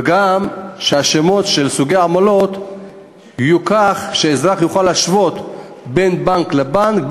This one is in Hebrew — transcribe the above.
וגם שהשמות של סוגי העמלות יהיו כאלה שאזרח יוכל להשוות בין בנק לבנק,